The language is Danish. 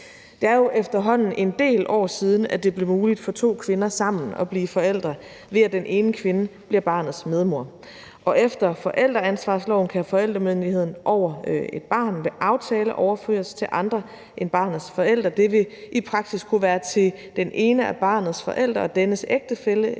Det er efterhånden en del år siden, at det blev muligt for to kvinder at blive forældre sammen, ved at den ene kvinde bliver barnets medmor, og efter forældreansvarsloven kan forældremyndigheden over et barn ved aftale overføres til andre end barnets forældre. Det vil i praksis kunne være til den ene af barnets forældre og dennes ægtefælle